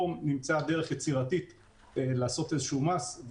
ופה נמצאה דרך יצירתית לעשות איזשהו מס.